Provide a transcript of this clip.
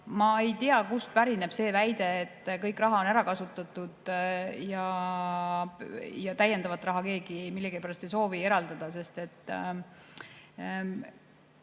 Ma ei tea, kust pärineb see info, et kõik raha on ära kasutatud ja täiendavat raha keegi millegipärast ei soovi eraldada. 10.